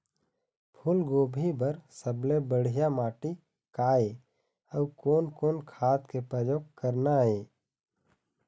फूलगोभी बर सबले बढ़िया माटी का ये? अउ कोन कोन खाद के प्रयोग करना ये?